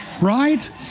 right